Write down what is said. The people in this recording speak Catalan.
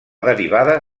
derivada